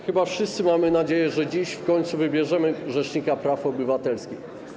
Chyba wszyscy mamy nadzieję, że dziś w końcu wybierzemy rzecznika praw obywatelskich.